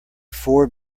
four